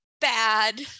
bad